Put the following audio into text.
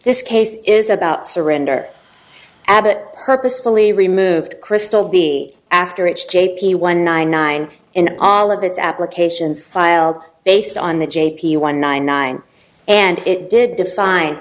this case is about surrender abbott purposefully removed crystal be after h j p one nine nine in awe of its applications file based on the j p one nine nine and it did define